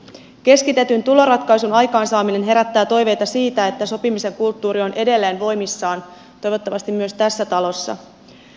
keskitetyn tuloratkaisun aikaansaaminen herättää toiveita siitä että sopimisen kulttuuri on edelleen voimissaan toivottavasti myös tässä talossa